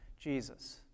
Jesus